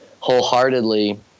wholeheartedly